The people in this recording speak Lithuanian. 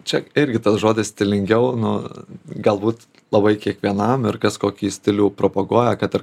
čia irgi tas žodis stilingiau nu galbūt labai kiekvienam ir kas kokį stilių propaguoja kad ar